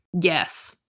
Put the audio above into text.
Yes